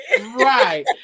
right